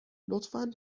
لطفا